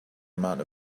amount